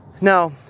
Now